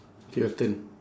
K your turn